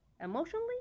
emotionally